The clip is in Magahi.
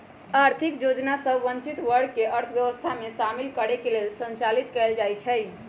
आर्थिक योजना सभ वंचित वर्ग के अर्थव्यवस्था में शामिल करे लेल संचालित कएल जाइ छइ